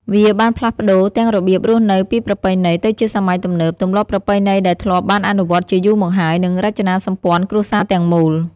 វាបានផ្លាស់ប្ដូរទាំងរបៀបរស់នៅពីប្រពៃណីទៅជាសម័យទំនើប ទម្លាប់ប្រពៃណីដែលធ្លាប់បានអនុវត្តជាយូរមកហើយ និងរចនាសម្ព័ន្ធគ្រួសារទាំងមូល។